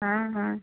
हाँ हाँ